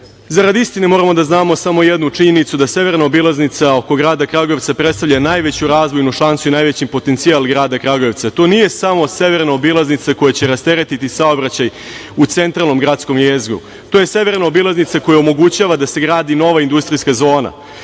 zarad istine moramo da znamo jednu činjenicu - da severna obilaznica oko grada Kragujevca predstavlja najveću razvojnu šansu i najveći potencijal grada Kragujevca. To nije samo severna obilaznica koja će rasteretiti saobraćaj u centralnom gradskom jezgru. To je severna obilaznica koja omogućava da se gradi nova industrijska zona.U